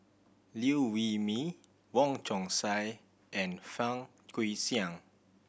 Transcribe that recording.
Liew Wee Mee Wong Chong Sai and Fang Guixiang